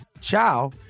ciao